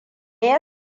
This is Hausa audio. ya